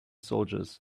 soldiers